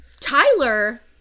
Tyler